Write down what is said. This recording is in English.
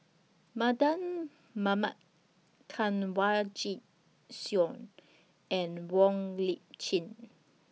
Mardan Mamat Kanwaljit Soin and Wong Lip Chin